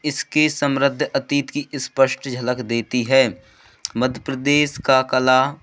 इसके समृद्ध अतीत की स्पष्ट झलक देती है मध्य प्रदेश का कला